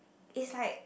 it's like